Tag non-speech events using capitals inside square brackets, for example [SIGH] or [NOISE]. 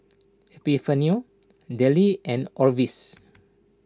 Epifanio Dayle and Orvis [NOISE]